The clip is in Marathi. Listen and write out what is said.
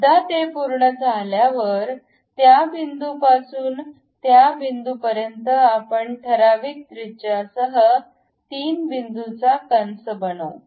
एकदा ते पूर्ण झाल्यावर त्या बिंदूपासून त्या बिंदूपर्यंत आपण ठराविक त्रिज्यासह 3 बिंदूचा कंस बनवू